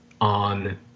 on